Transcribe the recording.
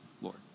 Lord